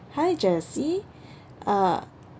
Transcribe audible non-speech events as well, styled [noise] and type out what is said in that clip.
hi jessie [breath] uh